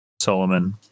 Solomon